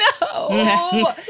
no